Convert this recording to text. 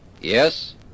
Yes